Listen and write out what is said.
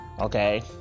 okay